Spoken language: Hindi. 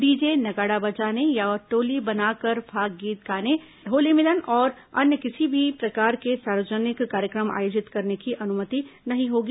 डीजे नगाड़ा बजाने या टोली बनाकर फाग गीत गाने होली मिलन या अन्य किसी भी प्रकार के सार्वजनिक कार्यक्रम आयोजित करने की अनुमति नहीं होगी